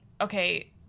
okay